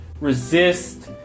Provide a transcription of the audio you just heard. resist